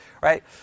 right